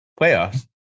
playoffs